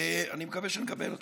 ואני מקווה שנקבל אותה.